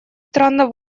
странно